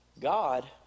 God